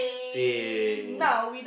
same